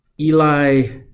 Eli